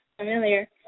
familiar